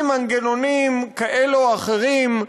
עם מנגנונים כאלה או אחרים,